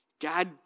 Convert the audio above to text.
God